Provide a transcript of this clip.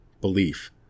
belief